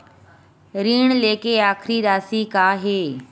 ऋण लेके आखिरी राशि का हे?